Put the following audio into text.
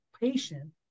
patient